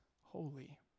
holy